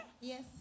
Yes